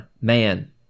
man